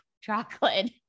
chocolate